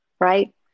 Right